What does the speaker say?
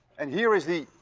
and here is the.